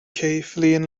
kathleen